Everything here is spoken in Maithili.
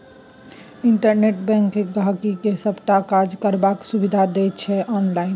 इंटरनेट बैंकिंग गांहिकी के सबटा काज करबाक सुविधा दैत छै आनलाइन